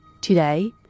Today